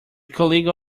colleague